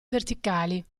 verticali